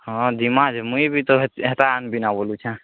ହଁ ଜିମା ଯେ ମୁଇଁ ବି ତ ହେତା ଆନବି ନା ବୋଲୁଛେ